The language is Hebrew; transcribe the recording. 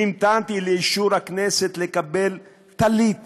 המתנתי לאישור הכנסת לקבל טלית